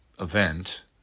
event